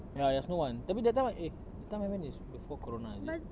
ya there's no one tapi that time eh that time I went is before corona is it